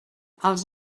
els